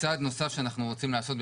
צעד נוסף שאנחנו רוצים לעשות,